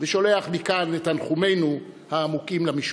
ושולח מכאן את תנחומינו העמוקים למשפחה.